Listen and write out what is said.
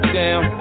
down